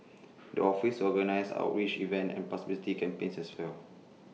the office organise outreach events and publicity campaigns as well